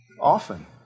often